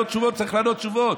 צריך לענות תשובות,